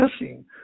missing